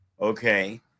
okay